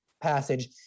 passage